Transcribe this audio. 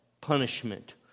punishment